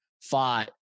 fought